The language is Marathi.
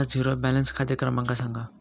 माझा झिरो बॅलन्स खाते क्रमांक सांगा